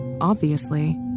obviously